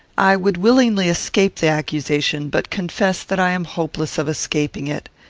i would willingly escape the accusation, but confess that i am hopeless of escaping it.